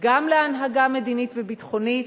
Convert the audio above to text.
גם להנהגה מדינית וביטחונית